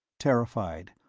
terrified,